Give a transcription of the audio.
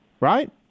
Right